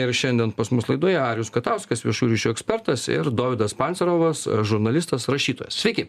ir šiandien pas mus laidoje arijus katauskas viešųjų ryšių ekspertas ir dovydas pancerovas žurnalistas rašytojas sveiki